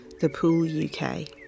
thepooluk